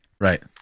Right